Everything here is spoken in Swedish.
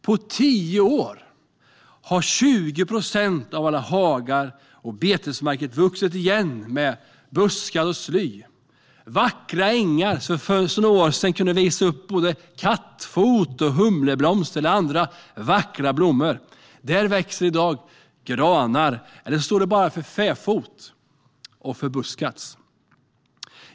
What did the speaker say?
På tio år har 20 procent av alla hagar och betesmarker vuxit igen med buskar och sly. På vackra ängar som för några år sedan kunde visa upp kattfot, humleblomster eller andra vackra blommor växer i dag granar, eller så ligger de bara för fäfot och förbuskas.